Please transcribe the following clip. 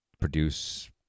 produce